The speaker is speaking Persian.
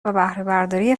بهرهبرداری